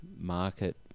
market